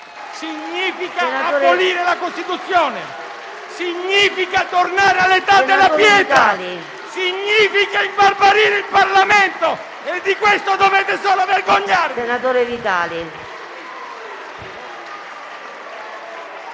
Significa abolire la Costituzione! Significa tornare all'età della pietra! Significa imbarbarire il Parlamento! E di questo dovete solo vergognarvi!